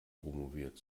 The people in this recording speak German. promoviert